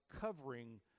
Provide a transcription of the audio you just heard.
covering